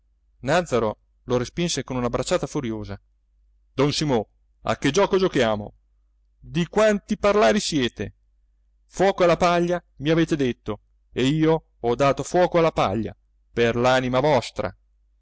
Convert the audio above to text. nàzzaro lo respinse con una bracciata furiosa don imo a che gioco giochiamo di quanti parlari siete fuoco alla paglia mi avete detto e io ho dato fuoco alla paglia per l'anima vostra